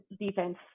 defense